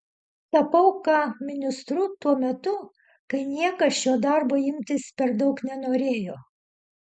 tapau ka ministru tuo metu kai niekas šio darbo imtis per daug nenorėjo